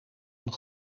een